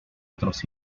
otros